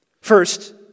First